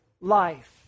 life